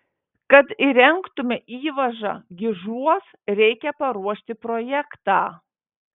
kad įrengtume įvažą gižuos reikia paruošti projektą